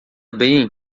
bem